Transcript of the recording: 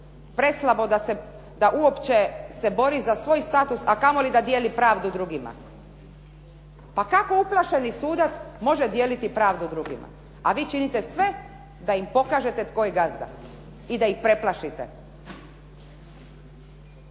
preslabo da uopće se bori za svoj status a kamoli da dijeli pravdu drugima. Pa kako uplašeni sudac može dijeliti pravdu drugima a vi činite sve da im pokažete tko je gazda i da ih preplašite.